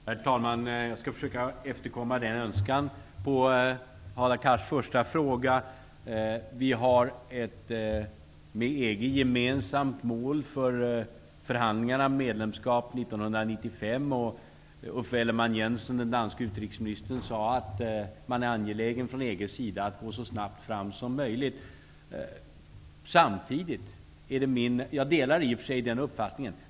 Herr talman! Jag skall försöka efterkomma den önskan. På Hadar Cars första fråga blir mitt svar att vi har ett med EG gemensamt mål för förhandlingarna, medlemskap 1995. Den danske utrikesministern Uffe Ellemann-Jensen har sagt att man från EG:s sida är angelägen om att gå så snabbt fram som möjligt. Jag delar i och för sig den uppfattningen.